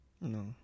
No